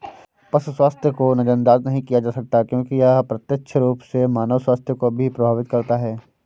पशु स्वास्थ्य को नजरअंदाज नहीं किया जा सकता क्योंकि यह अप्रत्यक्ष रूप से मानव स्वास्थ्य को भी प्रभावित करता है